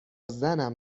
زنم